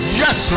yes